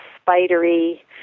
spidery